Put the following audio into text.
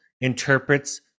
interprets